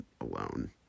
alone